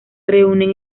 reúnen